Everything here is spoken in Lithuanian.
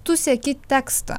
tu seki tekstą